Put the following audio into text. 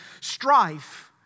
strife